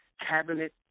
cabinet